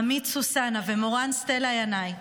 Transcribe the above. עמית סוסנה ומורן סטלה ינאי,